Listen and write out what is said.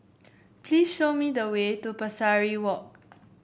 please show me the way to Pesari Walk